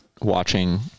watching